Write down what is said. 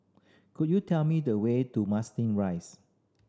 could you tell me the way to Marsiling Rise